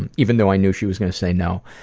and even though i knew she was gonna say no.